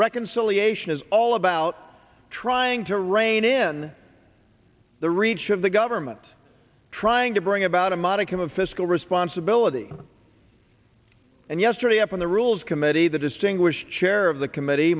reconciliation is all about trying to rein in the reach of the government trying to bring about a modicum of fiscal responsibility and yesterday upon the rules committee the distinguished chair of the committee